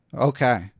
Okay